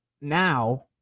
now